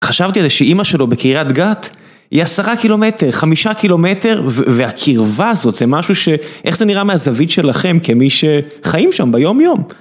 חשבתי על זה שאמא שלו בקריית גת היא עשרה קילומטר, חמישה קילומטר והקירבה הזאת זה משהו שאיך זה נראה מהזווית שלכם כמי שחיים שם ביום יום.